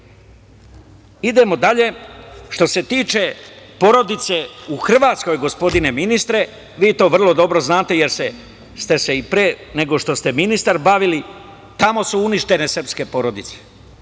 domu. Idemo dalje. Što se tiče porodice u Hrvatskoj, gospodine ministre, vi to vrlo dobro znate, jer ste se i pre nego što ste ministar bavili, tamo su uništene srpske porodice,